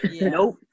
Nope